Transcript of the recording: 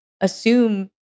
assume